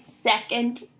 second